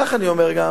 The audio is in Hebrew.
לך אני גם אומר,